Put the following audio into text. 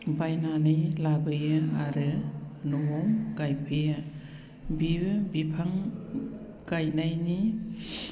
बायनानै लाबोयो आरो न'आव गायफैयो बिबो बिफां गायनायनि